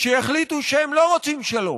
שיחליטו שהם לא רוצים שלום,